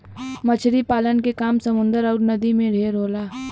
मछरी पालन के काम समुन्दर अउर नदी में ढेर होला